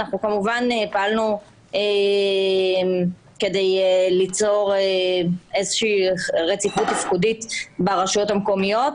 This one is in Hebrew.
אנחנו כמובן פעלנו כדי ליצור איזושהי רציפות תפקודית ברשויות המקומיות.